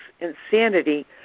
insanity